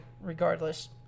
regardless